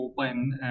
open